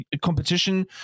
competition